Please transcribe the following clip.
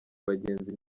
abagenzi